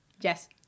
Yes